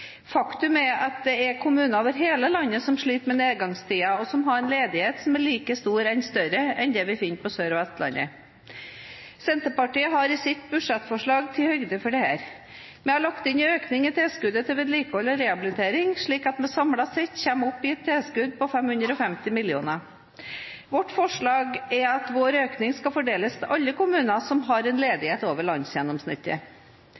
Faktum er at det er kommuner over hele landet som sliter med nedgangstider, og som har en ledighet som er like stor eller større enn det vi finner på Sør- og Vestlandet. Senterpartiet har i sitt budsjettforslag tatt høyde for dette. Vi har lagt inn en økning i tilskuddet til vedlikehold og rehabilitering, slik at vi samlet sett kommer opp i et tilskudd på 550 mill. kr. Vårt forslag er at vår økning skal fordeles til alle kommuner som har en